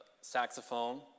saxophone